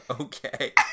Okay